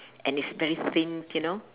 and is very thin you know